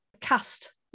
cast